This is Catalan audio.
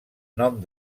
nom